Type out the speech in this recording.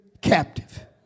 captive